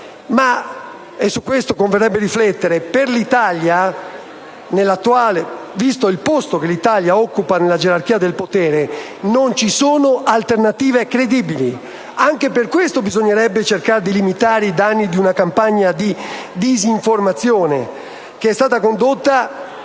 Su questo converrebbe riflettere; visto il posto che l'Italia occupa nella gerarchia del potere, non ci sono alternative credibili. Anche per questo bisognerebbe cercare di limitare i danni di una campagna di disinformazione che è stata condotta